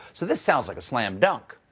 so this sounds like a slam dunk.